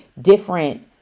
different